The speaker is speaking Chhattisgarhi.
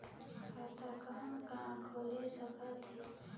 खाता कहा कहा खुल सकथे?